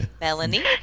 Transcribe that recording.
Melanie